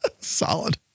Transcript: solid